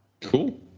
Cool